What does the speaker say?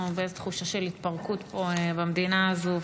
אנחנו באיזו תחושה של התפרקות פה במדינה הזאת,